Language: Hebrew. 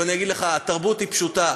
ואני אגיד לך, התרבות היא פשוטה: